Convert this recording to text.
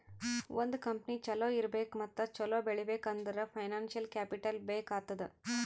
ಒಂದ್ ಕಂಪನಿ ಛಲೋ ಇರ್ಬೇಕ್ ಮತ್ತ ಛಲೋ ಬೆಳೀಬೇಕ್ ಅಂದುರ್ ಫೈನಾನ್ಸಿಯಲ್ ಕ್ಯಾಪಿಟಲ್ ಬೇಕ್ ಆತ್ತುದ್